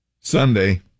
Sunday